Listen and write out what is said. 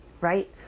right